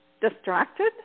distracted